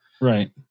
Right